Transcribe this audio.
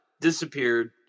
Disappeared